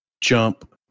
jump